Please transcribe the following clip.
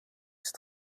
ist